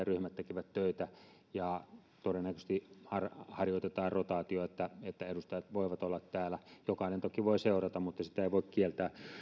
ryhmät tekivät töitä ja todennäköisesti harjoitetaan rotaatiota että edustajat voivat olla täällä jokainen toki voi seurata mutta sitä ei voi kieltää